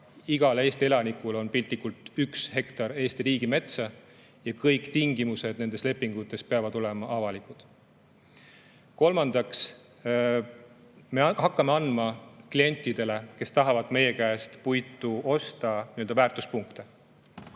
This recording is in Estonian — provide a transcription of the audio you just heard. Igal Eesti elanikul on piltlikult öeldes üks hektar Eesti riigimetsa ja kõik tingimused nendes lepingutes peavad olema avalikud. Kolmandaks, me hakkame andma klientidele, kes tahavad meie käest puitu osta, nii-öelda väärtuspunkte.